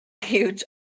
huge